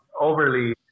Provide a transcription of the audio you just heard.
overly